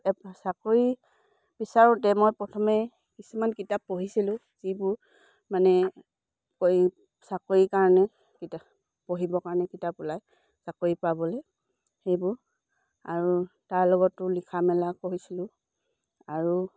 এব চাকৰি বিচাৰোতে মই প্ৰথমে কিছুমান কিতাপ পঢ়িছিলোঁ যিবোৰ মানে প চাকৰিৰ কাৰণে কিতাপ পঢ়িবৰ কাৰণে কিতাপ ওলায় চাকৰি পাবলে সেইবোৰ আৰু তাৰ লগতো লিখা মেলা কঢ়িছিলোঁ আৰু